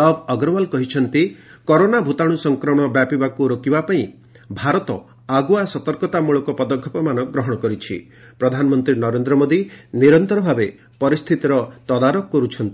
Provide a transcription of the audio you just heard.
ଲବ୍ ଅଗ୍ରୱାଲ କହିଛନ୍ତି କରୋନା ଭୂତାଣୁ ସଂକ୍ରମଣ ବ୍ୟାପିବାକୁ ରୋକିବା ପାଇଁ ଭାରତ ଆଗୁଆ ସତର୍କତାମ୍ରଳକ ପଦକ୍ଷେପମାନ ଗ୍ରହଣ କରିଛି ଓ ପ୍ରଧାନମନ୍ତ୍ରୀ ନରେନ୍ଦ୍ର ମୋଦୀ ନିରନ୍ତର ଭାବେ ପରିସ୍ଥିତିର ତଦାରଖ କର୍ରଛନ୍ତି